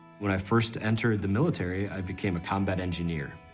when i first entered the military, i became a combat engineer,